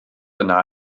yna